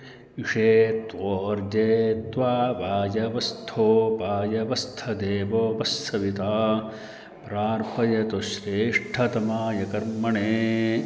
इषेत्वोर्जेत्वा वायवस्थो वायवस्थदेवो वस्सविता प्रार्पयतु श्रेष्ठतमाय कर्मणे